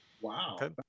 Wow